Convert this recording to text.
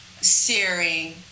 searing